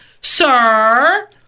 sir